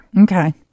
Okay